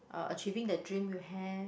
uh achieving the dream you have